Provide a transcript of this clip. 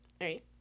right